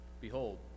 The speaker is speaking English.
Behold